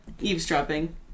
eavesdropping